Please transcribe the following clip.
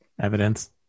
evidence